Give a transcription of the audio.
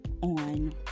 on